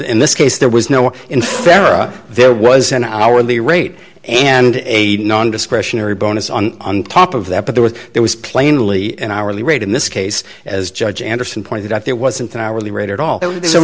in this case there was no way in farah there was an hourly rate and aid non discretionary bonus on top of that but there was there was plainly an hourly rate in this case as judge anderson pointed out there wasn't an hourly rate at all th